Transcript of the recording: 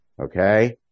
Okay